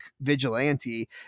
vigilante